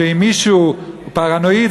שאם מישהו פרנואיד,